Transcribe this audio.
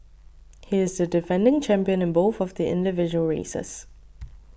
he is the defending champion in both of the individual races